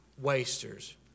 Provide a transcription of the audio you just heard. wasters